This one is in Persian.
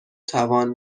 توان